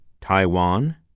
Taiwan